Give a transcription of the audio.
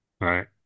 Right